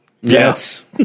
Yes